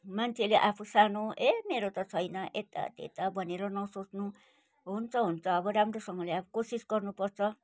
मान्छेले आफू सानो ए मेरो त छैन यता त्यता भनेर नसोच्नु हुन्छ हुन्छ अब राम्रोसँगले अब कोसिस गर्नुपर्छ